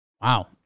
Wow